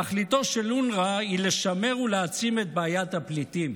תכליתו של אונר"א היא לשמר ולהעצים את בעיית הפליטים.